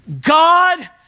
God